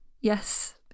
Yes